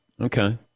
Okay